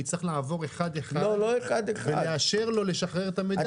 אני צריך לעבור אחד אחד ולאשר לו לשחרר את המידע.